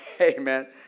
Amen